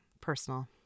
personal